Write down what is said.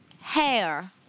Hair